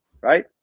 Right